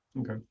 Okay